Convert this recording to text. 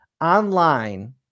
online